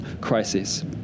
crisis